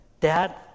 dad